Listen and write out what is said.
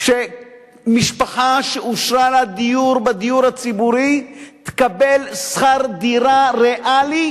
שמשפחה שאושר לה דיור בדיור הציבורי תקבל שכר דירה ריאלי